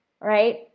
right